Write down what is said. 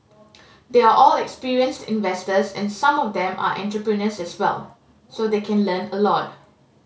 they are all experienced investors and some of them are entrepreneurs as well so they can learn a lot